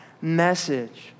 message